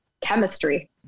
chemistry